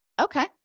Okay